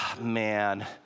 Man